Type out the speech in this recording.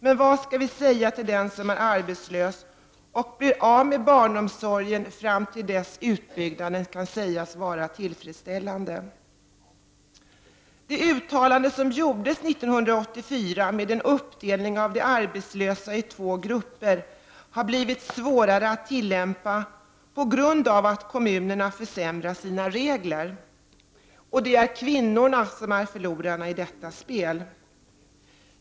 Men vad skall vi säga till den som är arbetslös och blir av med barnomsorgen fram till dess att utbyggnaden kan sägas vara tillfredsställande? Det uttalande som gjordes 1984 om uppdelning av de arbetslösa i två grupper har blivt svårare att tillämpa på grund av att kommunerna försämrar sina regler. Och det är kvinnorna som är förlorarna i detta spel.